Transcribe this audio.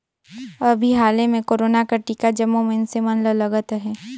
अभीं हाले में कोरोना कर टीका जम्मो मइनसे मन ल लगत अहे